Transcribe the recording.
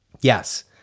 yes